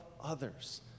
others